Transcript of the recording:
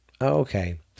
Okay